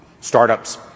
startups